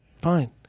fine